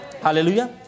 Hallelujah